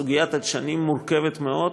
סוגיית הדשנים מורכבת מאוד,